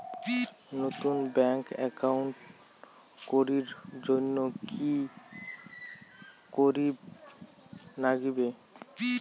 নতুন bank account করির জন্যে কি করিব নাগিবে?